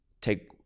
take